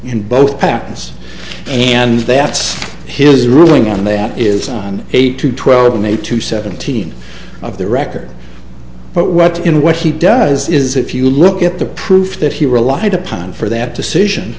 in both pappas and that's his ruling on that is on eight to twelve may two seventeen of the record but what's in what he does is if you look at the proof that he relied upon for that decision